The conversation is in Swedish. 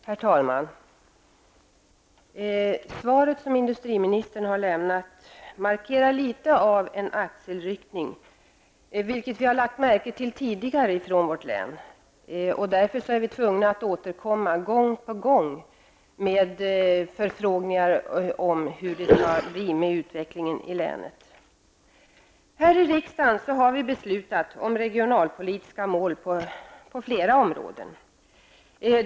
Herr talman! Det svar som industriministern har lämnat något av en axelryckning, vilket vi tidigare har lagt märke till från vårt län. Vi är därför tvungna att återkomma gång på gång med förfrågningar om hur det skall bli med utvecklingen i länet. Riksdagen har beslutat om regionalpolitiska mål på flera områden.